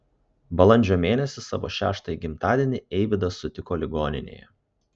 balandžio mėnesį savo šeštąjį gimtadienį eivydas sutiko ligoninėje